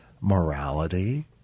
morality